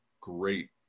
great